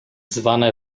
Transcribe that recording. zwane